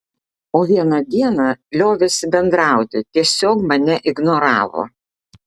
o vieną dieną liovėsi bendrauti tiesiog mane ignoravo